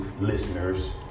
listeners